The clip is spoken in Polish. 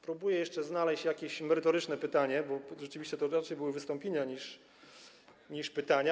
Próbuję jeszcze znaleźć jakieś merytoryczne pytanie, bo rzeczywiście to raczej były wystąpienia niż pytania.